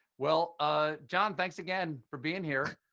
well, ah john, thanks again for being here.